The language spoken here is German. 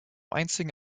einzigen